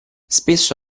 spesso